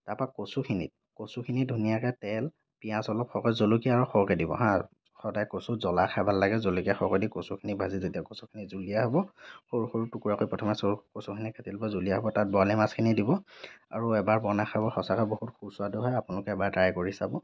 তাৰ পৰা কচুখিনিক কচুখিনি ধুনীয়াকৈ তেল পিঁয়াজ অলপ সৰহকৈ জলকীয়া অলপ সৰহকৈ দিব হাঁ সদায় কচুত জ্বলা খাই ভাল লাগে জলকীয়া সৰহকৈ দি কচুখিনি ভাজি যেতিয়া কচুখিনি জুলীয়া হ'ব সৰু সৰু টুকুৰাকৈে প্ৰথমে চ কচুখিনি ফেটি ল'ব জুলীয়া হ'ব তাত বৰালি মাছখিনি দিব আৰু এবাৰ বনাই খাব সঁচাকৈ বহুত সুস্বাদু হয় আপোনালোকে এবাৰ ট্ৰাই কৰি চাব